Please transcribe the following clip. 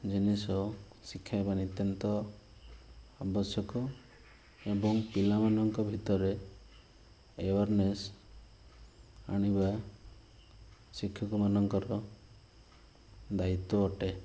ଜିନିଷ ଶିଖେଇବା ନିତ୍ୟାନ୍ତ ଆବଶ୍ୟକ ଏବଂ ପିଲାମାନଙ୍କ ଭିତରେ ଏୱାର୍ନେଶ୍ ଆଣିବା ଶିକ୍ଷକ ମାନଙ୍କର ଦାୟୀତ୍ଵ ଅଟେ